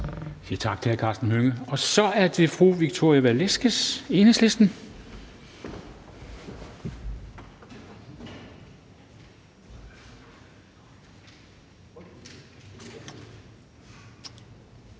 tak til hr. Karsten Hønge. Og så er det fru Victoria Velasquez, Enhedslisten. Kl.